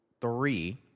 three